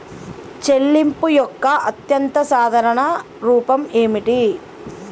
చెల్లింపు యొక్క అత్యంత సాధారణ రూపం ఏమిటి?